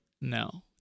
No